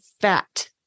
fat